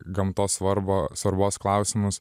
gamtos svarbą svarbos klausimus